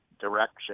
direction